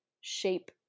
shape